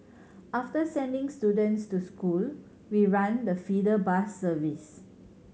after sending students to school we run the feeder bus service